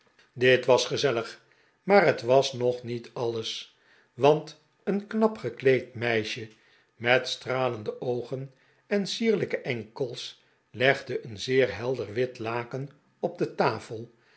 dit was gezellig maar het was nog niet alles want een knap gekleed meisje met stralende oogen en sierlijke enkels legde een zeer helder wit laken op de tafel